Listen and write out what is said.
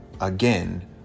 again